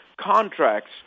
contracts